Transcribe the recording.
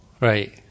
right